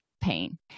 pain